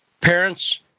parents